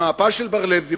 על המפה של בר-לב ז"ל,